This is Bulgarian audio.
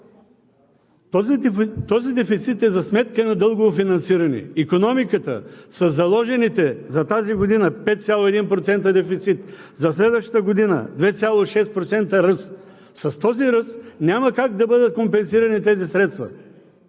Този дефицит е за сметка на дългово финансиране. Икономиката със заложените за тази година 5,1% дефицит, за следващата година – 2,6% ръст. С този ръст няма как да бъдат компенсирани тези средства.